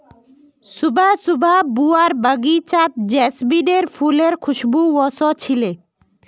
सुबह सुबह बुआर बगीचात जैस्मीनेर फुलेर खुशबू व स छिले